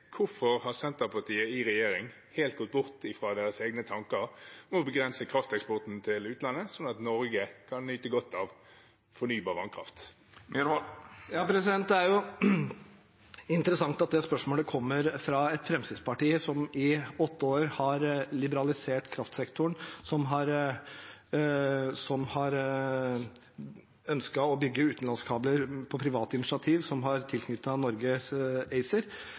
Hvorfor har Senterpartiet i regjering gått helt bort fra sine egne tanker om å begrense krafteksporten til utlandet, sånn at Norge kan nyte godt av fornybar vannkraft? Det er interessant at det spørsmålet kommer fra et Fremskrittsparti som i åtte år har liberalisert kraftsektoren, som har ønsket å bygge utenlandskabler på privat initiativ, og som har tilknyttet Norge ACER.